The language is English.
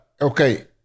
okay